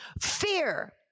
fear